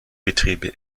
betriebe